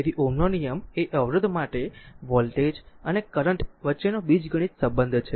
તેથી Ω નો નિયમ એ અવરોધ માટે વોલ્ટેજ અને કરંટ વચ્ચેનો બીજગણિત સંબંધ છે